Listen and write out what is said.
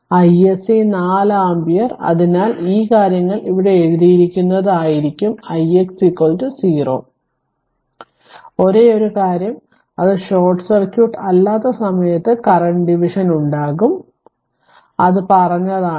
അതിനാൽ isc 4 ampere അതിനാൽ ഈ കാര്യങ്ങൾ ഇവിടെ എഴുതിയിരിക്കുന്നത് ആയിരിക്കും ix ' 0 ഒരേയൊരു കാര്യം അത് ഷോർട്ട് സർക്യൂട്ട് അല്ലാത്ത സമയത്ത് കറന്റ് ഡിവിഷൻ ഉണ്ടാകും അത് പറഞ്ഞതാണ്